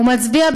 הוא מצביע,